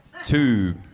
Two